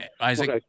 Isaac